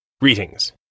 Greetings